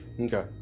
Okay